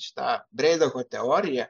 šita breidako teorija